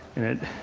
it